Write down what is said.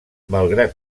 malgrat